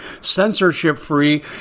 censorship-free